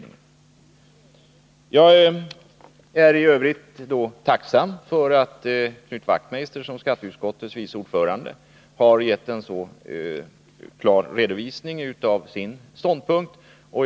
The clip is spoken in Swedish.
I övrigt vill jag framhålla att jag är tacksam för att Knut Wachtmeister i egenskap av skatteutskottets vice ordförande så klart har redogjort för sin ståndpunkt.